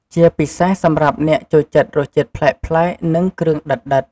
ជាពិសេសសម្រាប់អ្នកចូលចិត្តរសជាតិប្លែកៗ និងគ្រឿងដិតៗ។